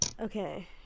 Okay